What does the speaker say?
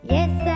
Yes